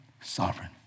Sovereign